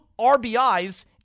RBIs